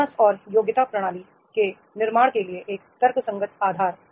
bonus और योग्यता प्रणाली के निर्माण के लिए एक तर्कसंगत आधार